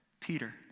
Peter